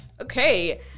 Okay